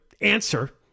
answer